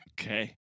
Okay